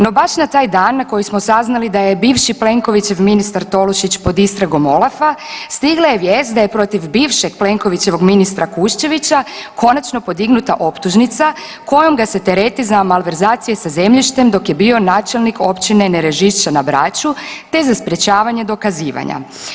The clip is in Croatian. No baš na taj dan na koji smo saznali da je bivši Plenkovićev ministar Tolušić pod istragom OLAF-a, stigla je vijest da je protiv bivšeg Plenkovićevog ministra Kušćevića, konačno podignuta optužnica kojom ga se tereti za malverzacije sa zemljištem dok je bio načelnik općine Nerežišća na Braču te za sprječavanje dokazivanja.